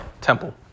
temple